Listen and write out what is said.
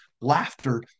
laughter